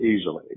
easily